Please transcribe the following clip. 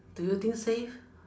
do you think safe